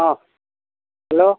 অ hello